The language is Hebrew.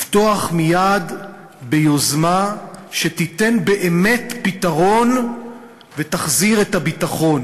לפתוח מייד ביוזמה שתיתן באמת פתרון ותחזיר את הביטחון.